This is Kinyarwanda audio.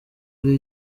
ari